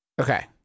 Okay